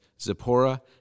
Zipporah